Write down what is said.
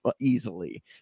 easily